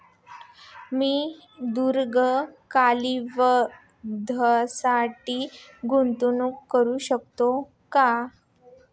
मी दीर्घ कालावधीसाठी गुंतवणूक करू शकते का?